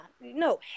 No